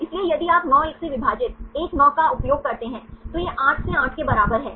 इसलिए यदि आप 9 1 से विभाजित एक 9 1 का उपयोग करते हैं तो यह 8 से 8 के बराबर है